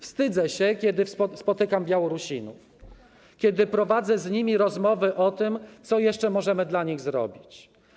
Wstydzę się, kiedy spotykam Białorusinów, kiedy prowadzę z nimi rozmowę o tym, co jeszcze możemy dla nich zrobić.